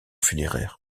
funéraires